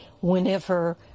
whenever